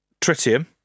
tritium